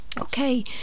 Okay